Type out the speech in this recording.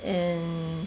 and